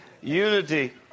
Unity